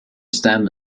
stem